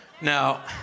Now